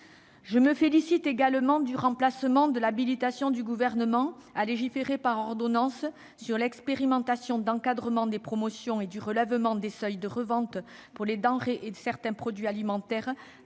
Je me félicite également du remplacement de l'habilitation du Gouvernement à légiférer par ordonnance sur l'expérimentation de l'encadrement des promotions et du relèvement des seuils de revente pour les denrées et certains produits alimentaires